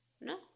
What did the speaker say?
No